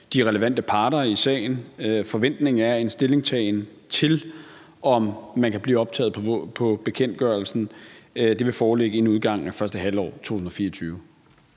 de relevante parter i sagen: Forventningen er, at en stillingtagen til, om man kan blive optaget på bekendtgørelsen, vil foreligge inden udgangen af første halvår 2024.